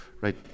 right